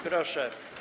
Proszę.